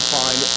find